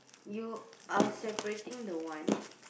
you are separating the one